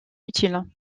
utiles